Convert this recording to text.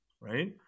right